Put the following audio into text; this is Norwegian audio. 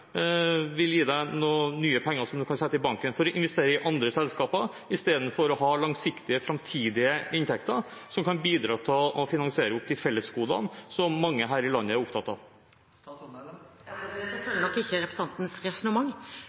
kan sette i banken for å investere i andre selskaper, istedenfor å ha langsiktige framtidige inntekter, som kan bidra til å finansiere de fellesgodene som mange her i landet er opptatt av? Jeg følger nok ikke representantens resonnement.